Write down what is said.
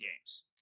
games